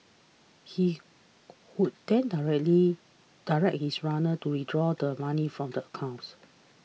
he would then directly direct his runners to withdraw the money from the accounts